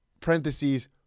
parentheses